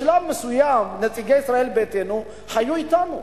בשלב מסוים נציגי ישראל ביתנו היו אתנו.